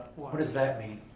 what does that mean?